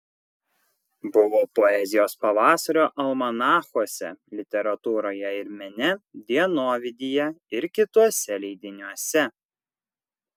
buvo poezijos pavasario almanachuose literatūroje ir mene dienovidyje ir kituose leidiniuose